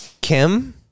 kim